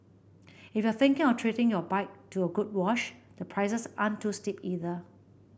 if you're thinking of treating your bike to a good wash the prices aren't too steep either